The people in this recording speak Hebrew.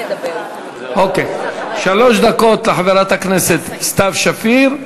אוקיי, שלוש דקות לחברת הכנסת סתיו שפיר,